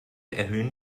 erhöhen